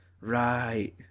Right